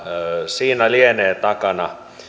siinä lienee takana